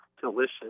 delicious